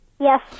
Yes